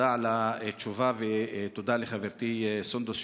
תודה על התשובה ותודה לחברתי סונדוס,